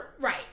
Right